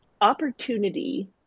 opportunity